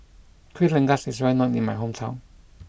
Kuih Rengas is well known in my hometown